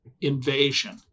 invasion